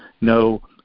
no